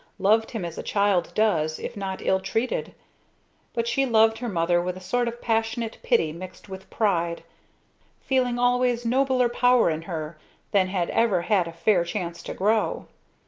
loved him as a child does if not ill-treated but she loved her mother with a sort of passionate pity mixed with pride feeling always nobler power in her than had ever had a fair chance to grow.